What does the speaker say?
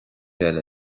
eile